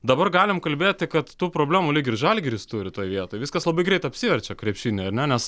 dabar galim kalbėti kad tu problemų lyg ir žalgiris turi toj vietoj viskas labai greit apsiverčia krepšiny ar ne nes